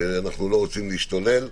אנחנו לא רוצים להשתולל.